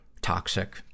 toxic